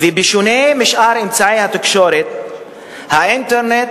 וזה לא המקרה היחיד כמובן,